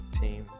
team